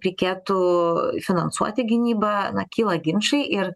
reikėtų finansuoti gynybą na kyla ginčai ir